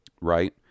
Right